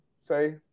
say